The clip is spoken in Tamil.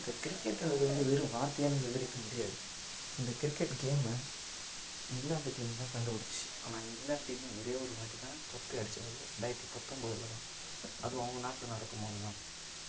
இந்த கிரிக்கெட்டுன்றது வந்து வெறும் வார்த்தையால் விவரிக்க முடியாது இந்த கிரிக்கெட்டு கேமை இங்கிலாந்து டீம் தான் கண்டுபிடிச்சிச்சி ஆனால் இங்கிலாந்து டீமு ஒரே ஒரு வாட்டி தான் கப்பே அடிச்சது அதுவும் ரெண்டாயிரத்து பத்தொம்பதுல தான் அதுவும் அவங்க நாட்டில் நடக்கும் போது தான்